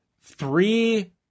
three